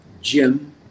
Jim